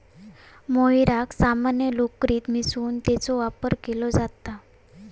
मोहायराक सामान्य लोकरीत मिसळून त्याचो वापर केलो जाता